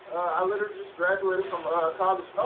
i literally just graduated from ah ah college,